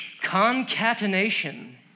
Concatenation